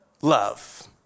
love